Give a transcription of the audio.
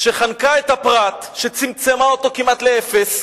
שחנקה את הפרת, שצמצמה אותו כמעט לאפס,